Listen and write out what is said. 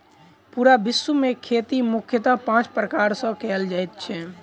पूरा विश्व मे खेती मुख्यतः पाँच प्रकार सॅ कयल जाइत छै